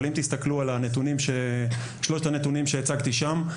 אבל אם תסתכלו על הנתונים שהצגתי שם,